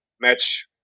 match